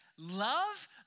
Love